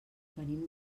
venim